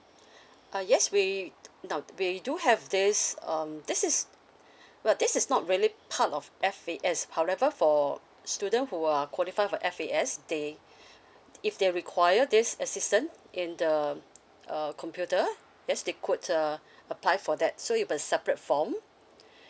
uh yes we no we do have this um this is but this is not really part of F A S however for student who are qualified for F A S they if they require this assistant in the uh computer yes they could uh apply for that so in a separate form